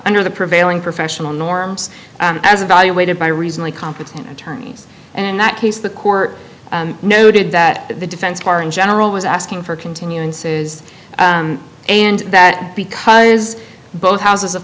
under the prevailing professional norms as evaluated by reasonably competent attorneys in that case the court noted that the defense bar in general was asking for continuances and that because both houses of